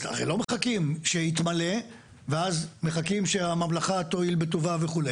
אז הרי לא מחכים שיתמלא ואז מחכים שהממלכה תואיל בטובה וכו'.